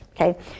okay